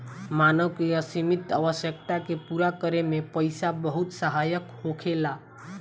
मानव के असीमित आवश्यकता के पूरा करे में पईसा बहुत सहायक होखेला